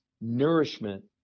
nourishment